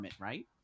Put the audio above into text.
right